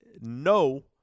no